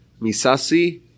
misasi